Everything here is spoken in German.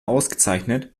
ausgezeichnet